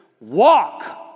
Walk